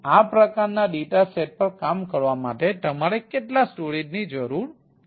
આ પ્રકારના data set પર કામ કરવા માટે તમારે કેટલો સ્ટોરેજની જરૂર છે